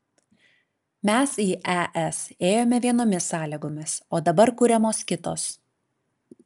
mes į es ėjome vienomis sąlygomis o dabar kuriamos kitos